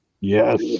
yes